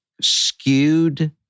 skewed